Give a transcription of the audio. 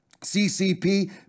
CCP